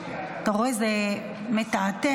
אתה רואה, זה מתעתע.